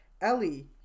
Ellie